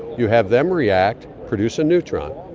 you have them react, produce a neutron,